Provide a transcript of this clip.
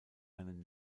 einen